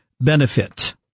benefit